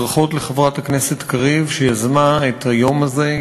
ברכות לחברת הכנסת קריב שיזמה את היום הזה,